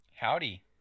Howdy